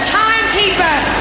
timekeeper